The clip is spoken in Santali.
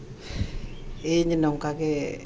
ᱤᱧ ᱱᱚᱝᱠᱟ ᱜᱮ